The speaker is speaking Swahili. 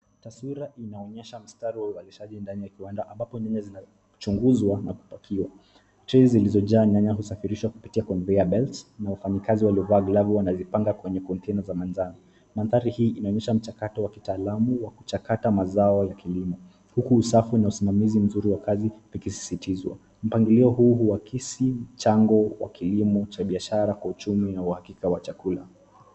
Taswira inaonyesha mstari wa uzalishaji ndani ya kiwanda ambapo nyanya zinachunguzwa na kupakiwa. Trei zilizojaa nyanya husafirishwa kupitia conveyor belt na wafanyikazi waliovaa glovu wanavipanga kwenye kontena za manjano. Mandhari hii inaonyesha mchakato wa kitaalamu wa kuchakata mazao ya kilimo, huku usafi na usimamizi mzuri wa kazi ukisisitizwa. Mpangilio huu huakisi mchango wa kilimo cha biashara kwa uchumi na uhakika wa chakula.